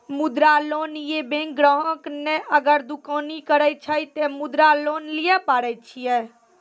मुद्रा लोन ये बैंक ग्राहक ने अगर दुकानी करे छै ते मुद्रा लोन लिए पारे छेयै?